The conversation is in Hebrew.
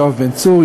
יואב בן צור,